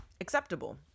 acceptable